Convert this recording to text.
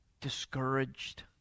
discouraged